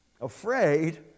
Afraid